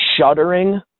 shuddering